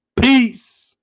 Peace